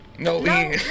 No